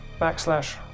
backslash